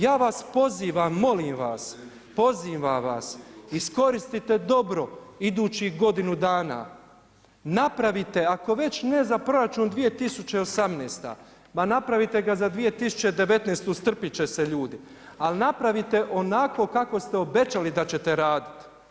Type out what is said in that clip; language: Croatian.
Ja vas pozivam molim vas, pozivam vas iskoristite dobro idućih godinu dana, napravite ako već ne za proračun 2018., ma napravite ga za 2019. strpit će se ljudi, ali napravite onako kako ste obećali da ćete raditi.